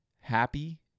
happy